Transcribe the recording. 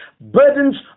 burdens